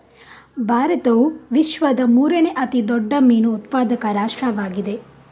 ಭಾರತವು ವಿಶ್ವದ ಮೂರನೇ ಅತಿ ದೊಡ್ಡ ಮೀನು ಉತ್ಪಾದಕ ರಾಷ್ಟ್ರವಾಗಿದೆ